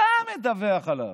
אתה מדווח עליו.